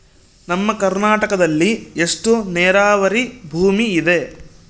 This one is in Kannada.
ನಮ್ಮ ಕರ್ನಾಟಕದಲ್ಲಿ ಎಷ್ಟು ನೇರಾವರಿ ಭೂಮಿ ಇದೆ?